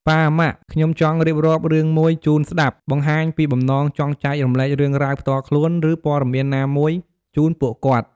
ប៉ា ម៉ាក់ ខ្ញុំចង់រៀបរាប់រឿងមួយជូនស្ដាប់ បង្ហាញពីបំណងចង់ចែករំលែករឿងរ៉ាវផ្ទាល់ខ្លួន ឬព័ត៌មានណាមួយជូនពួកគាត់។